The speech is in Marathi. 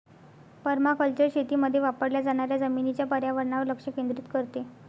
पर्माकल्चर शेतीमध्ये वापरल्या जाणाऱ्या जमिनीच्या पर्यावरणावर लक्ष केंद्रित करते